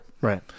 Right